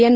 N